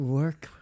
work